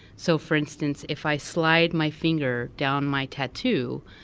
so for instance, if i slide my finger down my tattoo,